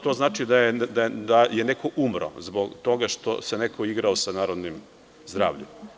To znači da je neko umro zbog toga što se neko igrao sa narodnim zdravljem.